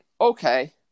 Okay